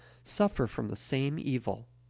suffer from the same evil.